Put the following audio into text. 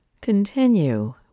Continue